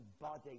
body